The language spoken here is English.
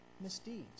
misdeeds